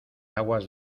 aguas